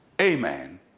Amen